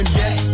yes